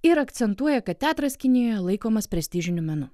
ir akcentuoja kad teatras kinijoje laikomas prestižiniu menu